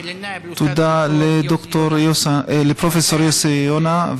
להלן תרגומם הסימולטני: תודה לפרופ' יוסי יונה.